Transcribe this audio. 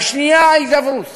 והשנייה, ההידברות